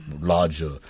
larger